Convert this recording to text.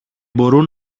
μπορούν